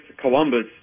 Columbus